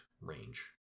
range